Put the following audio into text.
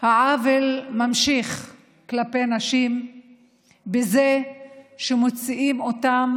העוול כלפי נשים נמשך בזה שמוציאים אותן